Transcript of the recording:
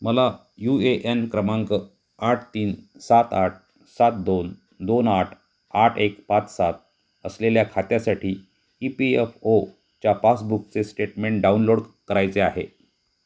मला U A N क्रमांक आठ तीन सात आठ सात दोन दोन आठ आठ एक पाच सात असलेल्या खात्यासाठी ई पी एफ ओच्या पासबुकचे स्टेटमेंट डाउनलोड करायचे आहे